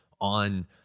on